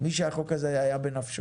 מי שהחוק הזה היה בנפשו.